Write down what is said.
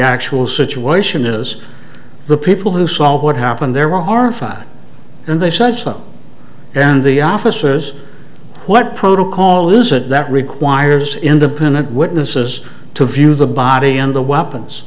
actual situation is the people who saw what happened there were horrified and they said so and the officers what protocol is it that requires independent witnesses to view the body and the weapons